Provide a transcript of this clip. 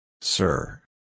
Sir